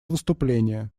выступление